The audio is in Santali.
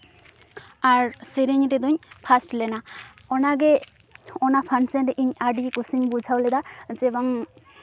ᱟᱨ ᱥᱮᱨᱮᱧ ᱨᱮᱫᱚᱧ ᱯᱷᱟᱥᱴ ᱞᱮᱱᱟ ᱚᱱᱟᱜᱮ ᱚᱱᱟ ᱯᱷᱟᱱᱥᱮᱱ ᱨᱮ ᱤᱧ ᱟᱹᱰᱤ ᱠᱩᱥᱤᱧ ᱵᱩᱡᱷᱟᱹᱣ ᱞᱮᱫᱟ ᱡᱮ ᱵᱟᱝ